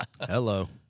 hello